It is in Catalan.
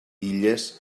illes